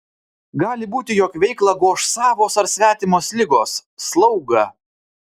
gali būti jog veiklą goš savos ar svetimos ligos slauga